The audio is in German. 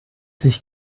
sich